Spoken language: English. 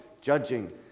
judging